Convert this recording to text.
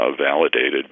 validated